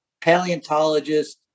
paleontologist